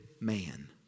man